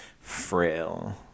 frail